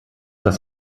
das